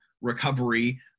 recovery